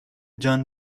john